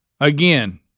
Again